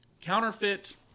counterfeit